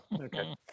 Okay